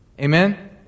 Amen